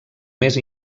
més